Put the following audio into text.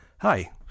Hi